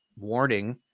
warning